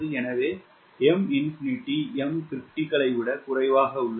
எனவே M∞ Mcriticalஐ விட குறைவாக உள்ளது